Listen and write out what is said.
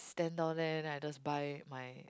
stand down there then I just buy my